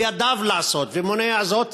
בידיו לעשות ומונע זאת,